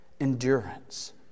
Endurance